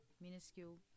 minuscule